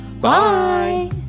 bye